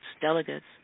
delegates